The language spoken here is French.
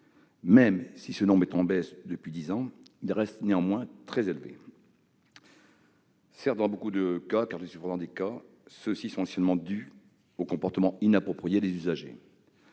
Même si ce nombre est en baisse depuis dix ans, il reste néanmoins très élevé. Certes, dans beaucoup de cas, ces accidents sont essentiellement dus au comportement inapproprié des usagers.